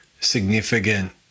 significant